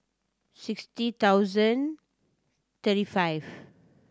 sixty thousand thirty five